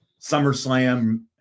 SummerSlam